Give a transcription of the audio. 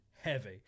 heavy